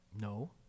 No